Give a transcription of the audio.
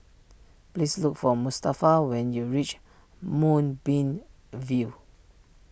please look for Mustafa when you reach Moonbeam View